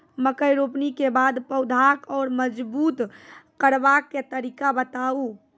मकय रोपनी के बाद पौधाक जैर मजबूत करबा के तरीका बताऊ?